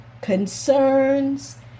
concerns